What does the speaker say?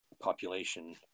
population